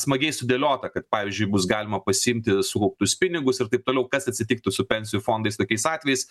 smagiai sudėliota kad pavyzdžiui bus galima pasiimti sukauptus pinigus ir taip toliau kas atsitiktų su pensijų fondais tokiais atvejais